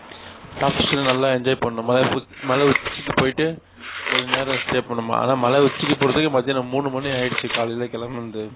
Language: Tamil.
டாப் ஸ்டேஷனில் நல்லா என்ஜாய் பண்ணோம் மலை உக் மலை உச்சிக்கு போயிட்டு கொஞ்சம் நேரம் ஸ்டே பண்ணோம் ம ஆனால் மலை உச்சிக்கு போகிறதுக்கே மதியானம் மூணு மணி ஆகிடுச்சி காலையில் கிளம்புனது